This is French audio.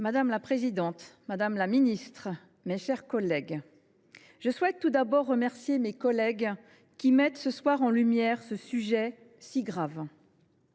Madame la présidente, madame la ministre, mes chers collègues, je remercie tout d’abord mes collègues qui ont tenu à mettre en lumière ce sujet si grave.